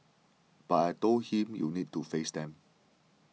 but I told him you need to face them